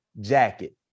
jacket